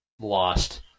lost